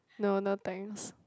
no no thanks